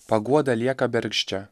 paguoda lieka bergždžia